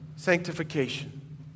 sanctification